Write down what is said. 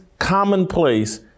commonplace